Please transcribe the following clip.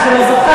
למי שלא זוכר,